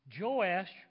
Joash